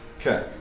Okay